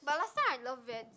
but last time I love Vans